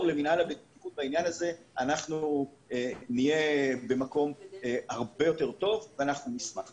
למינהל הבטיחות בעניין הזה נהיה במקום הרבה יותר טוב ונשמח.